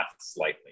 slightly